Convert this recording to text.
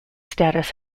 status